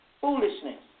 foolishness